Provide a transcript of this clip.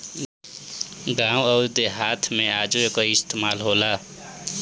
गावं अउर देहात मे आजो एकर इस्तमाल होला